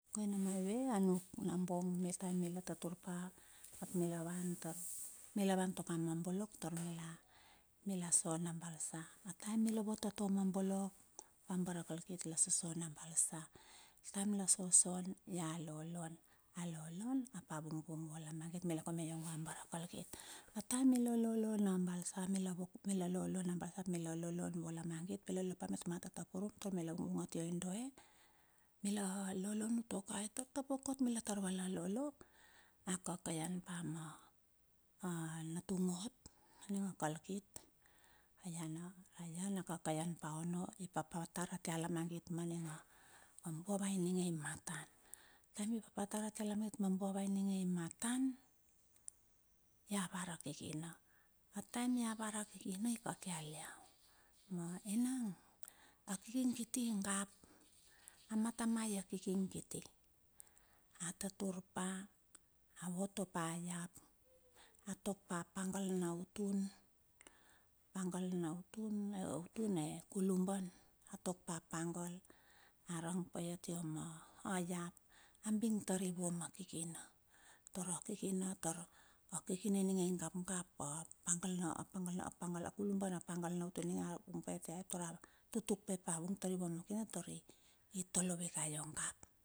Koina maive anuk nabong. ataem mila tatur pa, ap mila van tar, milavan tua ka ma bolok. Tor mila, mila so na balsa. A taem mi la vot a tua ma bolok, a bara kal kit la so na balsa. Taem la soso, ia lolon, alolon ap a vungvung vu a lamagit mi la ka ma barakal kit. A taem mi la lolona balsa. Mi la vok ap mi la lolon na balsa ap mi la lolo vualaniagit. Mila lop a tuma tatapurum taur mi la vung vung a tia i doe. Mi la lolo mi to kae i taptap okot, mi la tar vala lolo. A kakaian pa ma a natung ot, a ninga kalkit aiana a kakaian pa ono i papatar a tia lamagit maninga buova ininge i matan, taem i papatar a tia lamagit ma buova ininge i matan, ia var a kikina. A taem iavara kikina ikakial iau, enang a kiking gap kiti gap. A mata maie a kiking kiti? A tatur pa a voto pa iap, a tok pa pangal na utun, pangalneutun, eautun e kuluban. A tok papangal, a rang pai a tia ma iap, a bing tar i vua ma kikina, tor a kiki na tar a kikina ininge i gap gap a pangal apangal a pangal na kuluban na pangal na utun ninge anga, vung pai atia tora tutuk pai ap a vung tari atia ma kikina i tolo vikai ongap.